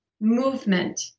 movement